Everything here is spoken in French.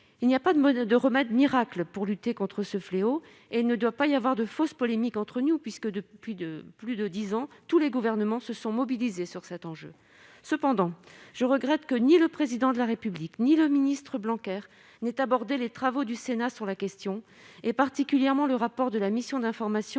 II n'y a pas de remède miracle pour lutter contre ce fléau, et il ne doit pas y avoir de fausse polémique entre nous puisque, depuis plus de dix ans, tous les gouvernements se sont mobilisés sur cet enjeu. Cependant, je regrette que ni le Président de la République ni le ministre Blanquer n'aient évoqué les travaux du Sénat sur la question, et particulièrement le rapport de la mission d'information